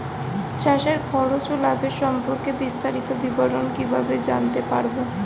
চাষে খরচ ও লাভের সম্পর্কে বিস্তারিত বিবরণ কিভাবে জানতে পারব?